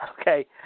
Okay